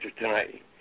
tonight